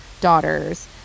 daughters